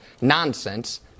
nonsense